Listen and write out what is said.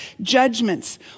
judgments